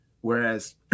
Whereas